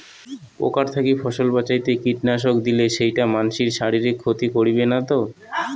পোকার থাকি ফসল বাঁচাইতে কীটনাশক দিলে সেইটা মানসির শারীরিক ক্ষতি করিবে না তো?